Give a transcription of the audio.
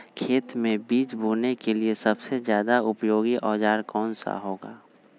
खेत मै बीज बोने के लिए सबसे ज्यादा उपयोगी औजार कौन सा होगा?